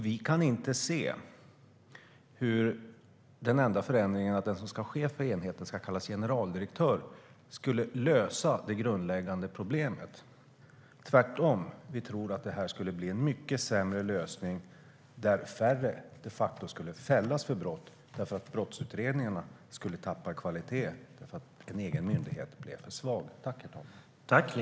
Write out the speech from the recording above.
Vi kan inte se hur den enda förändringen, att den som ska vara chef för enheten ska kallas generaldirektör, skulle lösa det grundläggande problemet. Tvärtom tror vi att det vore en mycket sämre lösning där färre de facto skulle fällas för brott eftersom brottsutredningarna skulle tappa i kvalitet. En egen myndighet vore nämligen alltför svag.